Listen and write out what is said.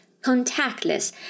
contactless